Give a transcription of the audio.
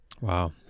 wow